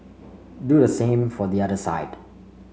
do the same for the other side